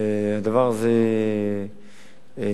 הדבר הזה נבדק.